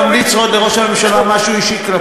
אני מבקש לקחת, איך עושים?